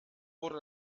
wurde